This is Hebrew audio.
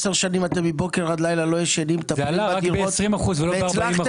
עשר שנים אתם מבוקר עד לילה לא ישנים -- זה עלה רק ב-20% ולא ב-40%.